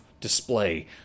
display